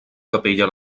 capella